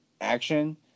action